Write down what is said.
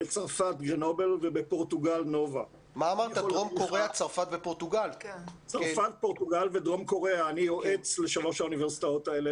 בצרפת גרנובל ובפורטוגל NOVA. אני יועץ לשלוש האוניברסיטאות האלה,